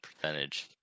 percentage